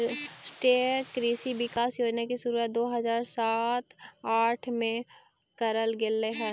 राष्ट्रीय कृषि विकास योजना की शुरुआत दो हज़ार सात आठ में करल गेलइ हल